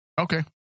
Okay